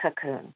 cocoon